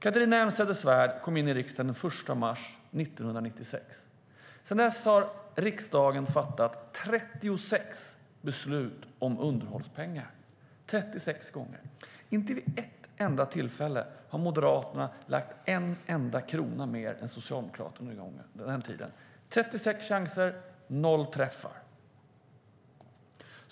Catharina Elmsäter-Svärd kom in i riksdagen den 1 mars 1996. Sedan dess har riksdagen fattat 36 beslut om underhållspengar. Inte vid ett enda tillfälle under den tiden har Moderaterna lagt en enda krona mer än Socialdemokraterna. Det är 36 chanser och noll träffar.